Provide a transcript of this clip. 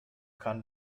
kann